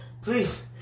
please